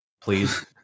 please